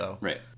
right